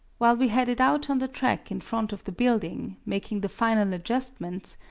while we had it out on the track in front of the building, making the final adjustments,